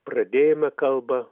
pradėjome kalbą